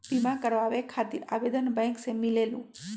बिमा कराबे खातीर आवेदन बैंक से मिलेलु?